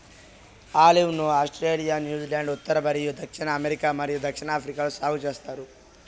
olive ను Australia, New Zealand, ఉత్తర మరియు దక్షిణ అమెరికా మరియు దక్షిణాఫ్రికాలో సాగు చేస్తారు